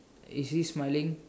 is he smiling